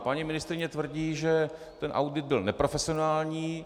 Paní ministryně tvrdí, že ten audit byl neprofesionální.